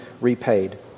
repaid